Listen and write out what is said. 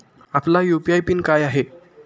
आपला UPI PIN काय आहे?